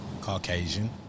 Caucasian